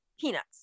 Peanuts